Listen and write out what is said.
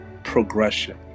progression